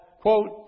quote